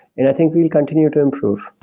and i think we'll continue to improve.